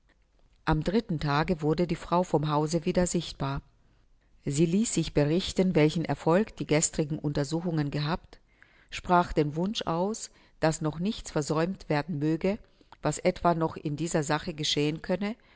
am dritten tage wurde die frau vom hause wieder sichtbar sie ließ sich berichten welchen erfolg die gestrigen untersuchungen gehabt sprach den wunsch aus daß doch nichts versäumt werden möge was etwa noch in dieser sache geschehen könne